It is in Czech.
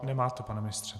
Nemáte, pane ministře.